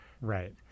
Right